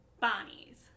Bonnie's